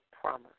promise